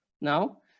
now